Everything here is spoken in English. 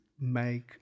make